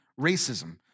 racism